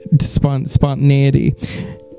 spontaneity